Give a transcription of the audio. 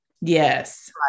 Yes